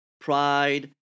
pride